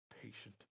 patient